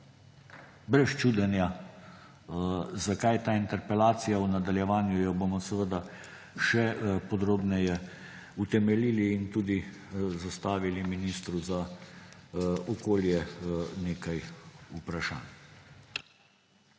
brez čudenja, zakaj je ta interpelacija, v nadaljevanju jo bomo seveda še podrobneje utemeljili in tudi zastavili ministru za okolje nekaj vprašanj.